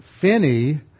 Finney